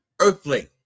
earthly